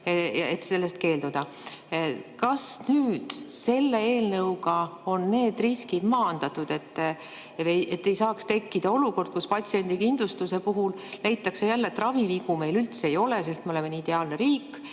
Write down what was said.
et sellest keelduda. Kas nüüd selle eelnõuga on need riskid maandatud, et ei saaks tekkida olukorda, kus patsiendikindlustuse puhul leitakse jälle, et ravivigu meil üldse ei ole, sest me oleme nii ideaalne riik,